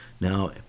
Now